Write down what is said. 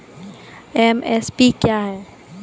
MSP क्या है?